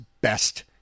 best